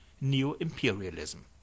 neo-imperialism